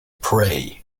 pray